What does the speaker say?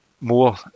more